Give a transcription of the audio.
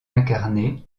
incarné